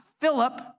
Philip